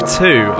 two